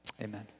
Amen